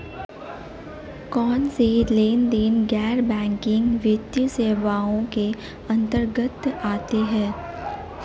कौनसे लेनदेन गैर बैंकिंग वित्तीय सेवाओं के अंतर्गत आते हैं?